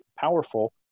powerful